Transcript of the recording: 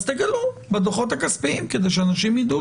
אז תגלו בדוחות הכספיים כדי שאנשים יידעו,